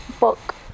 Book